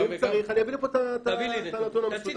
אם צריך, אני אביא לפה את הנתון המסודר.